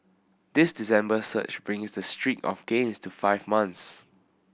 this December surge brings the streak of gains to five months